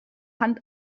hand